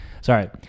Sorry